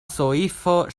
soifo